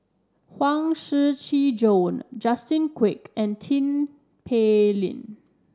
Huang Shiqi Joan Justin Quek and Tin Pei Ling